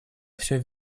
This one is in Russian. всем